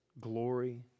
glory